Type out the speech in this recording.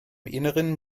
inneren